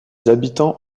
habitants